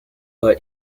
voit